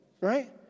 right